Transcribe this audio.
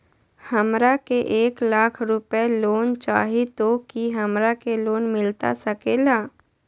हमरा के एक लाख रुपए लोन चाही तो की हमरा के लोन मिलता सकेला?